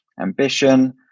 ambition